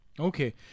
Okay